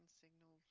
signals